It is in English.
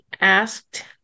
asked